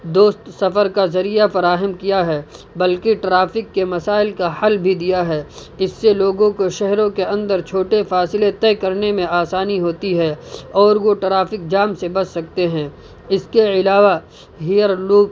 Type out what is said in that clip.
دوست سفر کا ذریعہ فراہم کیا ہے بلکہ ٹرافک کے مسائل کا حل بھی دیا ہے اس سے لوگوں کو شہروں کے اندر چھوٹے فاصلے طے کرنے میں آسانی ہوتی ہے اور وہ ٹرافک جام سے بچ سکتے ہیں اس کے علاوہ ہیئر لک